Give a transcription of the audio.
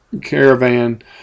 caravan